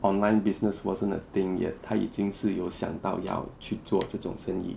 online business wasn't a thing yet 他已经是有想到要去做这种生意